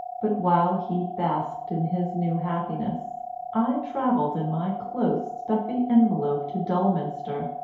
but while he basked in his new happiness i travelled in my close stuffy envelope to dulminster,